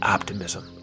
Optimism